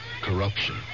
corruption